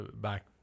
back